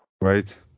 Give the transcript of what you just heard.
Right